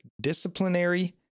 disciplinary